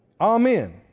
Amen